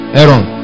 Aaron